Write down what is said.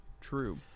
True